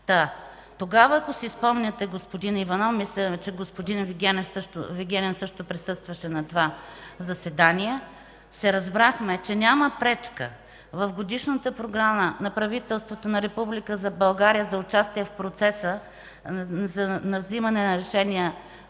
тогава, ако си спомняте, мисля, че господин Вигенин също присъстваше на това заседание, се разбрахме, че няма пречка в Годишната програма на правителството на Република България за участие в процеса на вземане на решения